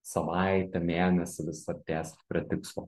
savaitę mėnesį vis artėsit prie tikslo